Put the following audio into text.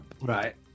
Right